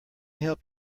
help